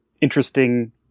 interesting